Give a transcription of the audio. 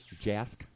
Jask